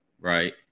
right